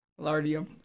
Lardium